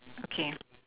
okay